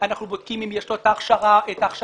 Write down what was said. אנחנו בודקים אם יש לו את ההכשרה המתאימה,